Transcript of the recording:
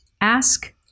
ask